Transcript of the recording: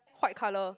white colour